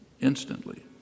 instantly